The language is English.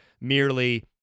merely